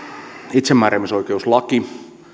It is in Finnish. itsemääräämisoikeuslaki